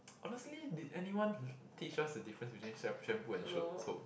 honestly did anyone l~ teach us the difference between sham~ shampoo and soap soap